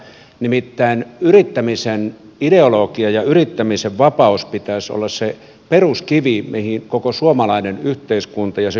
nimittäin yrittämisen ideologian ja yrittämisen vapauden pitäisi olla se peruskivi mihin koko suomalainen yhteiskunta ja sen hyvinvointi perustuu